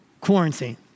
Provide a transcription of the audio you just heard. quarantine